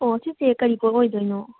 ꯑꯣ ꯁꯤꯁꯦ ꯀꯔꯤ ꯄꯣꯠ ꯑꯣꯏꯗꯣꯏꯅꯣ